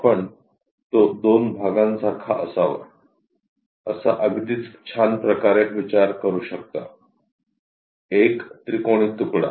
आपण तो दोन भागांसारखा असावा असा अगदीच छान प्रकारे विचार करू शकता एक त्रिकोणी तुकडा